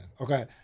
Okay